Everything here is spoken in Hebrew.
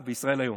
ואללה,